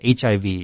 HIV